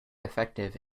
effective